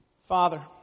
Father